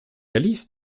alice